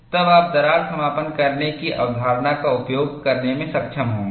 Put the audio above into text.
तब आप दरार समापन करने की अवधारणा का उपयोग करने में सक्षम होंगे